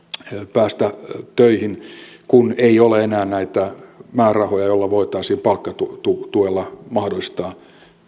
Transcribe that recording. päästä töihin kun ei ole enää näitä määrärahoja joilla voitaisiin palkkatuella mahdollistaa